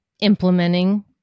implementing